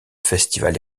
festival